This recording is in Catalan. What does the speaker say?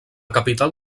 capital